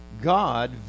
God